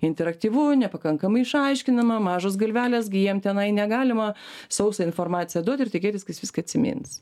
interaktyvu nepakankamai išaiškinama mažos galvelės gi jiem tenai negalima sausą informaciją duoti ir tikėtis kad jis viską atsimins